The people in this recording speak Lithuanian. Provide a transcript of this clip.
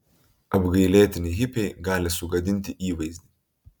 apgailėtini hipiai gali sugadinti įvaizdį